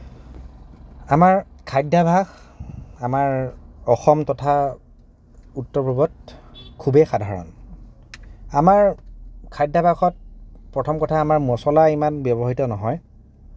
আমাৰ খাদ্যাভাস আমাৰ অসম তথা উত্তৰ পূৱত খুবেই সাধাৰণ আমাৰ খাদ্যাভাসত প্ৰথম কথা আমাৰ মছলা ইমান ব্যৱহৃত নহয়